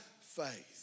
faith